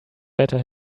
better